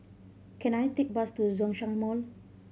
can I take bus to Zhongshan Mall